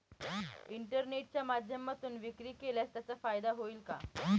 इंटरनेटच्या माध्यमातून विक्री केल्यास त्याचा फायदा होईल का?